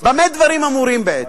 במה דברים אמורים, בעצם?